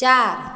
चार